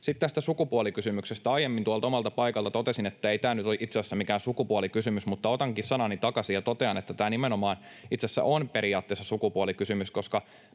Sitten tästä sukupuolikysymyksestä. Aiemmin tuolta omalta paikaltani totesin, että ei tämä nyt ole itse asiassa mikään sukupuolikysymys, mutta otankin sanani takaisin ja totean, että tämä nimenomaan itse asiassa on periaatteessa sukupuolikysymys,